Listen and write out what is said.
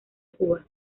cuba